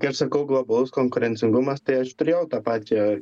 kai aš sakau globalus konkurencingumas tai aš turėjau tą pačią